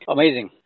Amazing